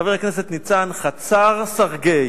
חבר הכנסת ניצן, חצר-סרגיי.